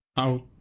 out